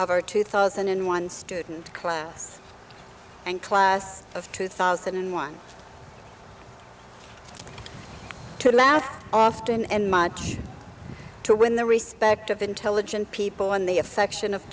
our two thousand and one student class and class of two thousand and one to laugh often and much to win the respect of intelligent people and the affection of